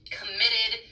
committed